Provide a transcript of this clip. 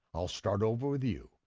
i'll start over with you.